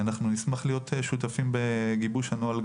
נשמח להיות שותפים בגיבוש הנוהל.